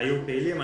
שהיו פעילים.